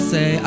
Say